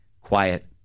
quiet